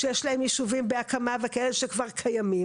שיש להם ישובים בהקמה וכאלה שכבר קיימים.